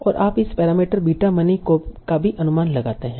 और आप इस पैरामीटर बीटा मनी का भी अनुमान लगाते हैं